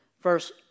verse